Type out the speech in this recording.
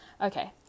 okay